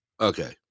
okay